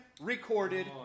recorded